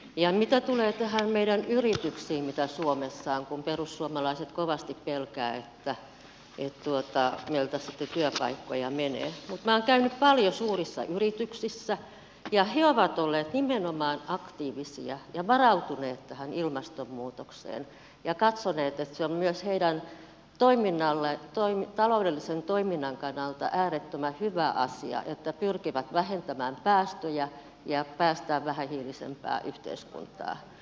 ja mitä tulee näihin meidän yrityksiin mitä suomessa on kun perussuomalaiset kovasti pelkäävät että meiltä sitten työpaikkoja menee niin minä olen käynyt paljon suurissa yrityksissä ja he ovat olleet nimenomaan aktiivisia ja varautuneet tähän ilmastonmuutokseen ja katsoneet että se on myös heidän taloudellisen toimintansa kannalta äärettömän hyvä asia että he pyrkivät vähentämään päästöjä ja päästään vähähiilisempään yhteiskuntaan